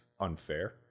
unfair